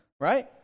Right